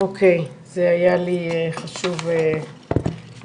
אוקי, זה היה לי חשוב לדעת,